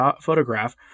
photograph